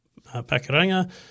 Pakaranga